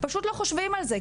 פשוט לא חושבים על זה.